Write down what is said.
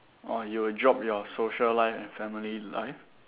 orh you will drop your social life and family life